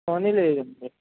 Sony లేదండి